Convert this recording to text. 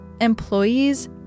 Employees